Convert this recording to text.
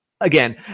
again